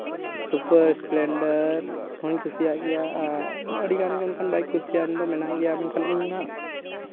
super splendor ᱚᱱᱟᱧ ᱠᱩᱥᱤᱭᱟᱜ ᱜᱮᱭᱟ ᱟᱹᱰᱤᱜᱟᱱ ᱜᱮ ᱚᱱᱠᱟᱱ ᱵᱟᱭᱤᱠ ᱠᱩᱥᱤᱭᱟᱱ ᱫᱚ ᱢᱮᱱᱟᱜ ᱜᱮᱭᱟ ᱢᱮᱱᱠᱷᱟᱱ ᱤᱧ ᱦᱟᱸᱜ